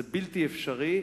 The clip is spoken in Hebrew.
זה בלתי אפשרי.